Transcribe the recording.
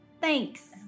Thanks